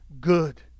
good